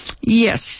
Yes